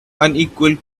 unequal